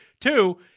Two